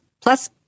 Plus